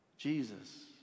Jesus